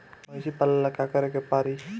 भइसी पालेला का करे के पारी?